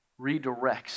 redirects